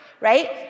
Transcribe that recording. right